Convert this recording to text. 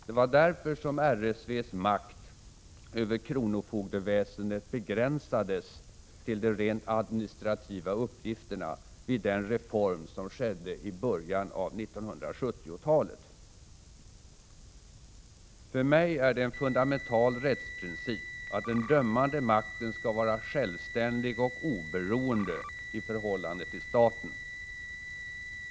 Det var därför som RSV:s makt över kronofogdeväsendet begränsades till de rent administrativa uppgifterna vid den reform som skedde i början av 1970-talet. För mig är det en fundamental rättsprincip att den dömande makten skall vara självständig och oberoende i förhållande till staten.